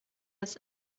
ist